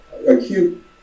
acute